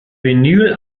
vinyl